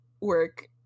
work